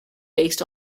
based